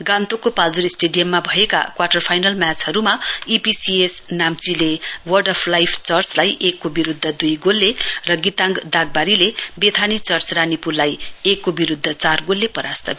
गान्तोकको पाल्जोर स्टेडियममा भएका क्वाटर फाइनल म्याचहरूमा इपीसीएसले नाम्चीले वर्ड अफ् लाइफ चर्चलाई एकको विरुद्ध दुई गोलले र गीताङ दागबारीले बेथानी चर्च रानीपूललाई एकको विरुद्ध चार गोलले परास्त गरे